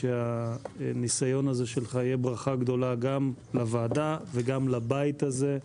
אני חושב שהניסיון הזה שלך יהיה ברכה גדולה גם לוועדה וגם לבית הזה.